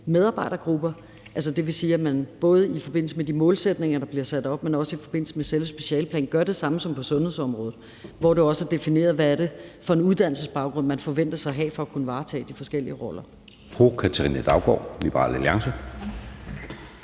medarbejdergrupper. Det vil sige, at man både i forbindelse med de målsætninger, der bliver sat op, men også i forbindelse med selve specialeplanen, gør det samme som på sundhedsområdet, hvor det jo også er defineret, hvad det er for en uddannelsesbaggrund, man forventes at have for at kunne varetage de forskellige roller.